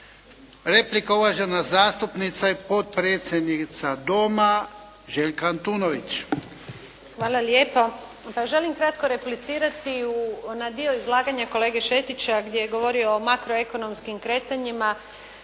Replika, uvažena zastupnica i potpredsjednica Doma, Željka Antunović. **Antunović, Željka (SDP)** Hvala lijepo. Pa želim replicirati na dio izlaganja kolege Šetića gdje je govorio o makroekonomskim kretanjima